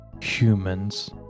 humans